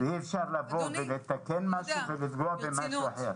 -- אי אפשר לתקן משהו ולפגוע במשהו אחר,